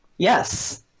Yes